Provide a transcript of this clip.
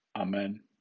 Amen